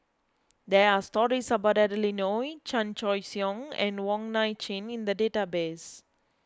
there are stories about Adeline Ooi Chan Choy Siong and Wong Nai Chin in the database